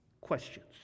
questions